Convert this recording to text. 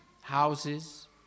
houses